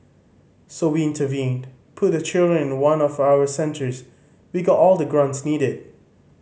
so we intervened put the children in one of our centres we got all the grants needed